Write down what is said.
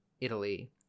Italy